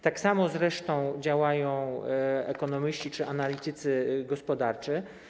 Tak samo zresztą działają ekonomiści czy analitycy gospodarczy.